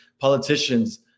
politicians